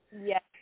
Yes